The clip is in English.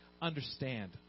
Understand